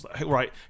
Right